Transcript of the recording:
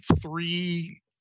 three